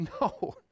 No